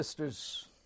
Sisters